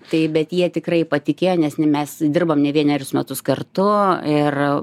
tai bet jie tikrai patikėjo nes ne mes dirbam ne vienerius metus kartu ir